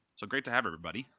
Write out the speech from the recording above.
so great to have everybody.